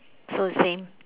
so same